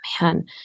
man